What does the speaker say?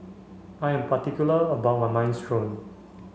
I am particular about my Minestrone